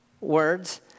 words